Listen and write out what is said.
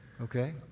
Okay